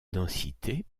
densité